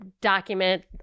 document